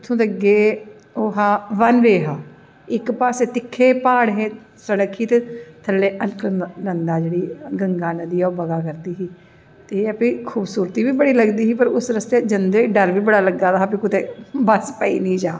ते उत्थूं दा अग्गैं ओह् हा बन वे हा इक पास्सै तिक्खे प्हाड़ हे ते थल्लैं गंगा नदी बगा करदी ही उस दी खुबसूरती बी बड़ी लगदी ही पर उस रस्ते जंदे डर बी बड़ा लग दा हा कि कुदै बस पेई नी जा